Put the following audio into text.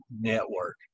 network